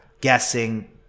guessing